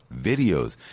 videos